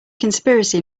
conspiracy